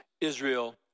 israel